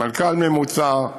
מנכ"ל ממוצע,